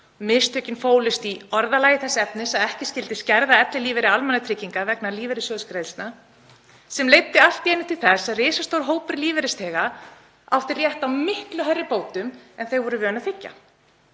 Mistökin fólust í orðalagi þess efnis að ekki skyldi skerða ellilífeyri almannatrygginga vegna lífeyrissjóðsgreiðslna. Það leiddi allt í einu til þess að risastór hópur lífeyrisþega átti rétt á miklu hærri bótum en hann var vanur að þiggja.